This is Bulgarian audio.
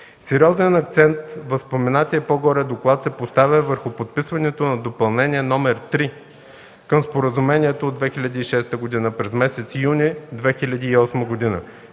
Сериозен акцент в споменатия по-горе доклад се поставя върху подписването на Допълнение № 3 към споразумението от 2006 г. през месец юни 2008 г.,